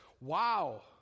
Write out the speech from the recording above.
wow